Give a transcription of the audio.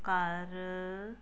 ਘਰ